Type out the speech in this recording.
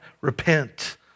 repent